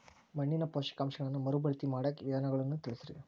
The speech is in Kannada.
ಮಣ್ಣಿನ ಪೋಷಕಾಂಶಗಳನ್ನ ಮರುಭರ್ತಿ ಮಾಡಾಕ ವಿಧಾನಗಳನ್ನ ತಿಳಸ್ರಿ